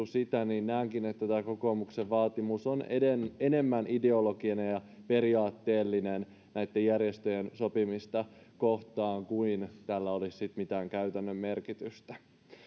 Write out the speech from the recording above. sitä niin tämä kokoomuksen vaatimus on enemmän ideologinen ja periaatteellinen näitten järjestöjen sopimista kohtaan kuin niin että tällä olisi sitten mitään käytännön merkitystä